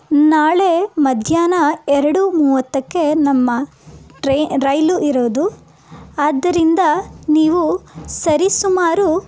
ನಾಳೆ ಮಧ್ಯಾಹ್ನ ಎರಡು ಮೂವತ್ತಕ್ಕೆ ನಮ್ಮ ಟ್ರೆ ರೈಲು ಇರೋದು ಆದ್ದರಿಂದ ನೀವು ಸರಿಸುಮಾರು